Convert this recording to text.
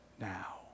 Now